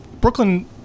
Brooklyn